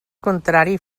contrari